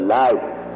life